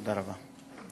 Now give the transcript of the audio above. תודה רבה.